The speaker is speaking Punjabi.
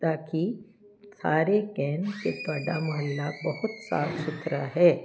ਤਾਂ ਕਿ ਸਾਰੇ ਕਹਿਣ ਕਿ ਤੁਹਾਡਾ ਮੁਹੱਲਾ ਬਹੁਤ ਸਾਫ ਸੁਥਰਾ ਹੈ